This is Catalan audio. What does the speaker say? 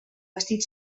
bastit